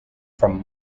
from